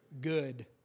Good